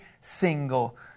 single